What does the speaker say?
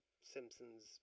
Simpsons